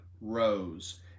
rows